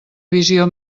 visió